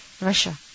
Russia